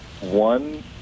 One